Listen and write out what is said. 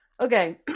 Okay